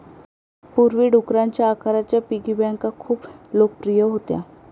पूर्वी, डुकराच्या आकाराच्या पिगी बँका खूप लोकप्रिय होत्या